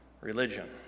religion